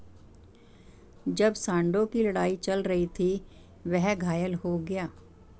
जब सांडों की लड़ाई चल रही थी, वह घायल हो गया